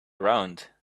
around